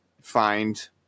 find